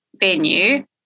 venue